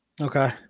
Okay